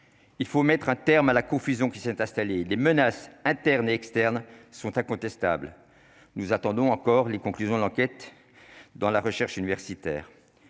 il faut mettre un terme à la confusion qui s'est installée, les menaces internes et externes sont incontestables : nous attendons encore les conclusions de l'enquête dans la recherche universitaire,